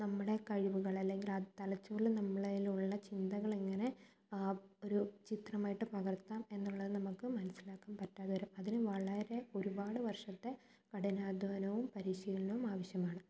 നമ്മടെ കഴിവുകൾ അല്ലെങ്കിൽ തലച്ചോറിൽ നമ്മുടെ കൈയിലുള്ള ചിന്തകൾ എങ്ങനെ ഒരു ചിത്രമായിട്ട് പകർത്താം എന്നുള്ളത് നമുക്ക് മനസിലാക്കാൻ പറ്റാതെവരും അതിന് വളരെ ഒരുപാട് വർഷത്തെ കഠിന അധ്വാനവും പരിശീലനവും ആവശ്യമാണ്